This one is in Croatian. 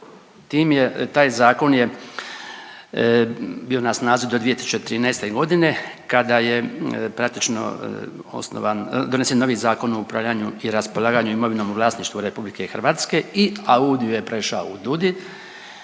Tim je, taj zakon je bio na snazi do 2013. godine kada je praktično osnovan, donesen novi Zakon o upravljanju i raspolaganju imovinom u vlasništvu RH i AUDIO je prešao u DUUDI